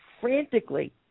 frantically